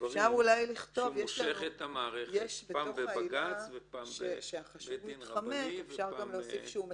דברים שמושך דרכם את המערכת פעם בבג"ץ ופעם בבית דין רבני וכיוצא בזה.